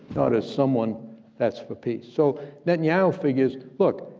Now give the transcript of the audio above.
not as someone that's for peace. so netanyahu figures, look,